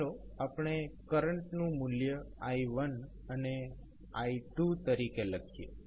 ચાલો આપણે કરંટનું મૂલ્ય i1 અને i2 તરીકે લઈએ